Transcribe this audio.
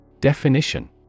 definition